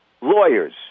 lawyers